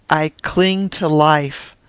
i cling to life.